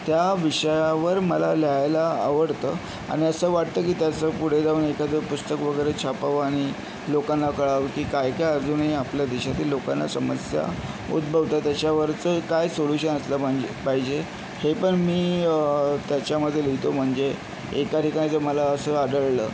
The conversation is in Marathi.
त्या विषयावर मला लिहायला आवडतं आणि असं वाटतं की त्याचं पुढे जाऊन एखादं पुस्तक वगैरे छापावं आणि लोकांना कळावं की कायकाय अजूनही आपल्या देशातील लोकांना समस्या उद्भवतात त्याच्यावरचं काय सोल्युशन असलं पाहिजे पाहिजे हे पण मी त्याच्यामध्ये लिहितो म्हणजे एका ठिकाणी तर मला असं आढळलं